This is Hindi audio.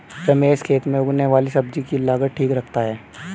रमेश खेत में उगने वाली सब्जी की लागत ठीक रखता है